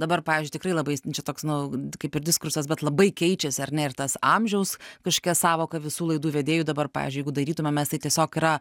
dabar pavyzdžiui tikrai labai čia toks nu kaip ir diskursas bet labai keičiasi ar ne ir tas amžiaus kažkokia sąvoka visų laidų vedėjų dabar pavyzdžiui jeigu darytume mes tai tiesiog yra